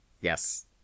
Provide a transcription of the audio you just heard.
Yes